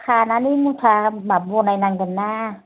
खानानै मुथा बानायनांगोन ना